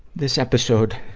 this episode